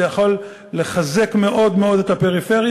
זה יכול לחזק מאוד מאוד את הפריפריה,